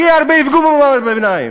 הכי הרבה יפגעו במעמד הביניים,